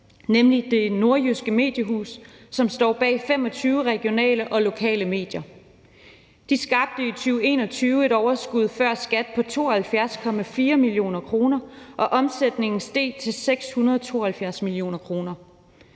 nemlig Det Nordjyske Mediehus, som står bag 25 regionale og lokale medier. De skabte i 2021 et overskud før skat på 72,4 mio. kr., og omsætningen steg til 672 mio. kr.